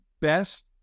best